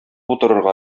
утырырга